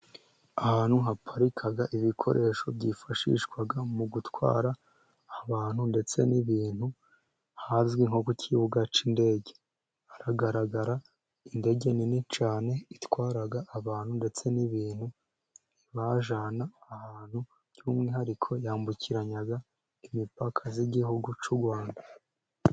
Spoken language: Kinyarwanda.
Ahantu haparika ibikoresho byifashishwa mu gutwara abantu ndetse n'ibintu, hazwi nko ku kibuga cy'indege, hagaragara indege nini cyane itwara abantu, ndetse n'ibintu. Ibajyana ahantu by'umwihariko yambukiranya imipaka z'igihugu cy'u Rwanda.